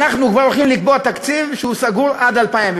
אנחנו כבר הולכים לקבוע תקציב שהוא סגור עד 2017?